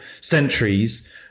centuries